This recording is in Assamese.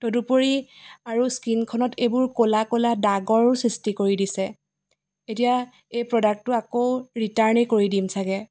তদুপৰি আৰু স্কিণখনত এইবোৰ ক'লা ক'লা দাগৰো সৃষ্টি কৰি দিছে এতিয়া এই প্ৰডাক্টটো আকৌ ৰিটাৰ্ণেই কৰি দিম চাগে